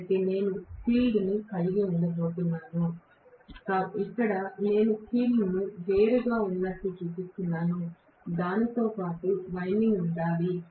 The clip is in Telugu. కాబట్టి నేను ఫీల్డ్ను కలిగి ఉండబోతున్నాను ఇక్కడ నేను ఫీల్డ్ను వేరుగా ఉన్నట్లుగా చూపిస్తున్నాను దానితో పాటు వైండింగ్ ఉండాలి